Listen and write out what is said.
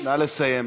נא לסיים.